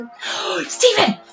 Stephen